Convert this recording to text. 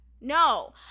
No